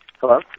Hello